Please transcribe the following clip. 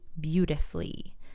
beautifully